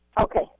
Okay